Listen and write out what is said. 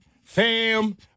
fam